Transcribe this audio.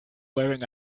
wearing